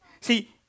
See